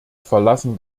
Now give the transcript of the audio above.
verlassen